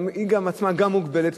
היא עצמה גם מוגבלת,